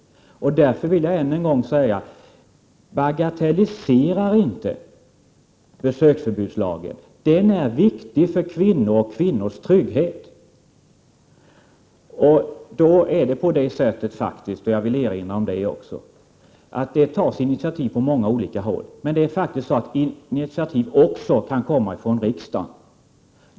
Därför vill jag än en gång säga: Bagatellisera inte besöksförbudslagen! Den är viktig för kvinnor och kvinnors trygghet. Jag vill erinra om att det tas initiativ från många olika håll. Men initiativ kan också komma från riksdagen.